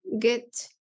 get